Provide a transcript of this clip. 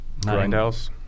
Grindhouse